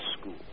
school